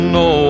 no